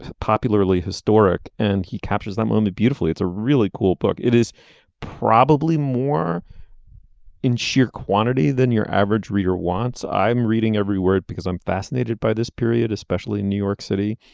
popularly historic. and he captures that moment beautifully it's a really cool book. it is probably more in sheer quantity than your average reader wants. i'm reading every word because i'm fascinated by this period especially new york city.